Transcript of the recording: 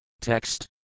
Text